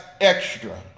extra